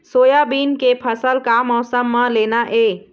Soybean के फसल का मौसम म लेना ये?